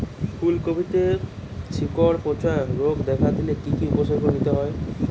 ফুলকপিতে শিকড় পচা রোগ দেখা দিলে কি কি উপসর্গ নিতে হয়?